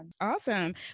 Awesome